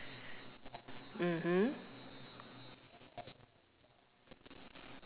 mmhmm